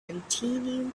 continue